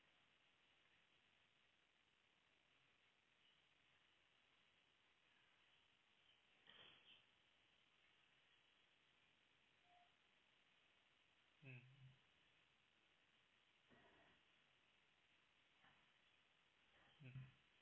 mmhmm mmhmm